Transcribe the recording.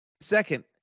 Second